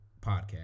podcast